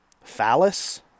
phallus